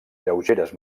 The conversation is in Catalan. lleugeres